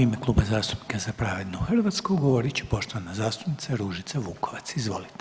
U ime Kluba zastupnika Za pravednu Hrvatsku govorit će poštovana zastupnica Ružica Vukovac, izvolite.